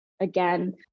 again